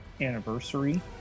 anniversary